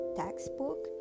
textbook